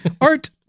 Art